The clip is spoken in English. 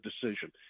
decision